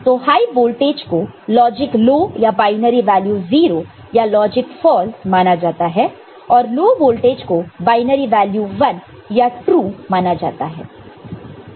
तो high voltage को logic low या बायनरी वैल्यू 0 या लॉजिक फॉलस माना जाता है और लो वोल्टेज को बाइनरी वैल्यू 1 या ट्रू माना जाता है